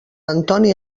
antoni